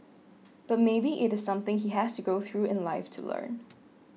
but maybe it is something he has to go through in life to learn